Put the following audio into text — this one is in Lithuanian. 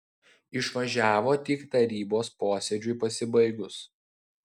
išvažiavo tik tarybos posėdžiui pasibaigus